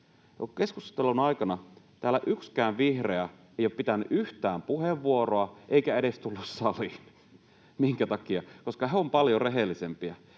keskustelun aikana täällä yksikään vihreä ei ole pitänyt yhtään puheenvuoroa eikä edes tullut saliin. Minkä takia? Koska he ovat paljon rehellisempiä.